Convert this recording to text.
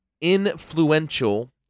influential